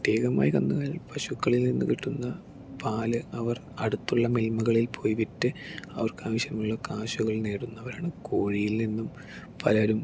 പ്രത്യേകമായി കന്നുകാലി പശുക്കളിൽ നിന്ന് കിട്ടുന്ന പാല് അവർ അടുത്തുള്ള മില്മകളിൽ പോയി വിറ്റ് അവർക്കാവശ്യമുള്ള കാശുകൾ നേടുന്നവരാണ് കോഴിയിൽ നിന്ന് പലരും